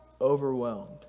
overwhelmed